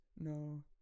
No